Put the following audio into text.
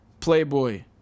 Playboy